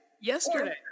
Yesterday